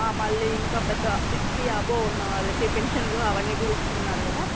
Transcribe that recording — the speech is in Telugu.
మళ్ళీ ఇంకా పెద్ద సిక్స్టీ యబో ఉన్నవాళ్ళకి పింఛన్లు అవన్నీ కూడా ఇస్తున్నారు కదా